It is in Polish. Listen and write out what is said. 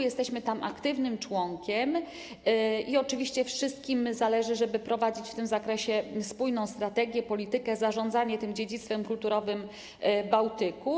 Jesteśmy aktywnym członkiem tych organów i oczywiście wszystkim zależy na tym, żeby prowadzić w tym zakresie spójną strategię, politykę zarządzania tym dziedzictwem kulturowym Bałtyku.